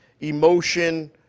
emotion